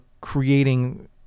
creating